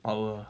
power ah